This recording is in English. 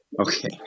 Okay